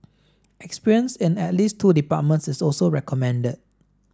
experience in at least two departments is also recommended